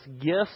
gifts